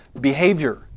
behavior